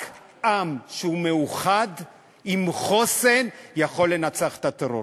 רק עם מאוחד עם חוסן יכול לנצח את הטרור.